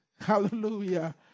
Hallelujah